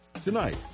Tonight